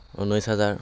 ঊনৈছ হাজাৰ